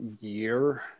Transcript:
year